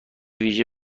ویژه